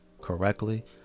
correctly